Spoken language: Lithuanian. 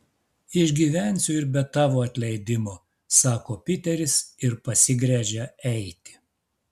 išgyvensiu ir be tavo atleidimo sako piteris ir pasigręžia eiti